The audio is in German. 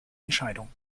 entscheidung